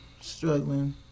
Struggling